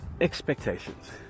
expectations